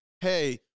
hey